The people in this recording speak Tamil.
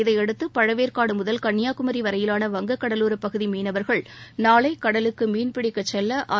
இதையடுத்து பழவேற்காடு முதல் கன்னியாகுமரி வரையிலான வங்கக் கடலோர பகுதி மீனவர்கள் நாளை கடலுக்கு மீன்பிடிக்கச் செல்ல ஆயத்தமாகியுள்ளனர்